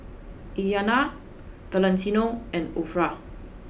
Iyana Valentino and Orah